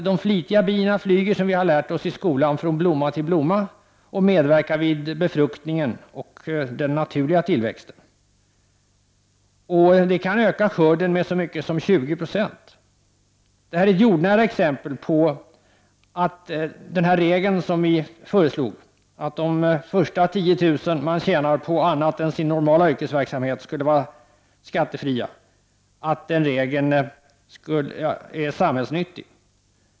De flitiga bina flyger, som vi har lärt oss i skolan, från blomma till blomma och medverkar till befruktningen och den naturliga tillväxten. Det kan öka skörden med så mycket som 20 96. Detta är ett jordnära exempel på att den regel som vi har föreslagit, dvs. att de första 10000 kr. som man tjänar på annat än i sin normala yrkesverksamhet skall vara skattefria, är samhällsnyttig.